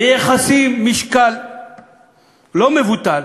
מייחסים משקל לא מבוטל,